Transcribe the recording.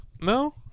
no